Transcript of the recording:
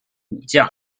武将